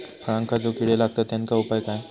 फळांका जो किडे लागतत तेनका उपाय काय?